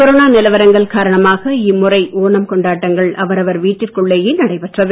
corona நிலவரங்கள் காரணமாக இம்முறை ஓணம் கொண்டாட்டங்கள் அவரவர் வீட்டிற்கு உள்ளேயே நடைபெற்றது